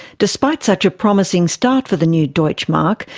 despite such a promising start for the new deutschmark,